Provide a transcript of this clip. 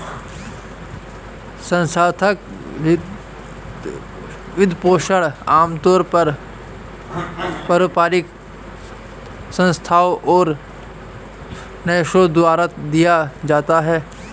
संस्थागत वित्तपोषण आमतौर पर परोपकारी संस्थाओ और न्यासों द्वारा दिया जाता है